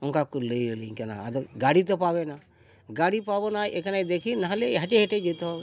ᱚᱱᱠᱟ ᱠᱚ ᱞᱟᱹᱭ ᱟᱹᱞᱤᱧ ᱠᱟᱱᱟ ᱟᱫᱚ ᱜᱟᱹᱲᱤ ᱛᱚ ᱯᱟᱵᱮᱱᱟ ᱜᱟᱹᱲᱤ ᱯᱚᱵᱚᱱᱟᱭ ᱮᱠᱷᱟᱱᱮ ᱫᱮᱠᱷᱤ ᱱᱟᱦᱚᱞᱮ ᱦᱮᱴᱮ ᱦᱮᱴᱮ ᱡᱮᱛᱮ ᱦᱚᱵᱮ